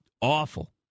awful